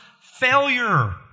failure